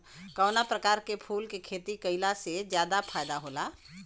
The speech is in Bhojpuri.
कवना प्रकार के फूल के खेती कइला से ज्यादा फायदा होला?